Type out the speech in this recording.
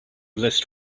list